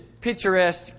picturesque